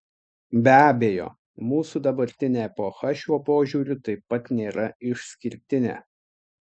be abejo mūsų dabartinė epocha šiuo požiūriu taip pat nėra išskirtinė